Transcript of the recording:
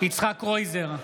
יצחק קרויזר,